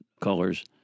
colors